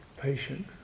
patient